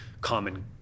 common